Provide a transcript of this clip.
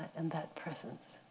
and that presence.